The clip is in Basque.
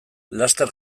laster